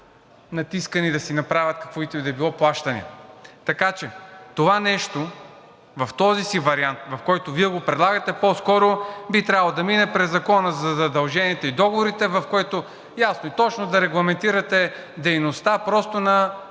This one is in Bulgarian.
натискани да направят каквито и да било плащания. Така че това нещо – в този му вариант, в който го предлагате, по-скоро би трябвало да мине през Закона за задълженията и договорите, в който ясно и точно да регламентирате просто дейността на